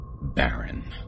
Baron